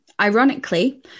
Ironically